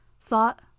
Thought-